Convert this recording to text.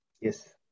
Yes